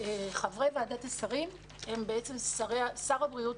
חברי ועדת השרים הם בעצם שר הבריאות,